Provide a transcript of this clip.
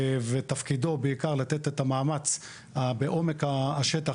ותפקידו בעיקר לתת את המאמץ בעומק השטח,